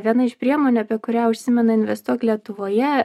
viena iš priemonių apie kurią užsimena investuok lietuvoje